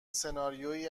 سناریویی